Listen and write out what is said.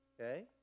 Okay